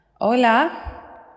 Hola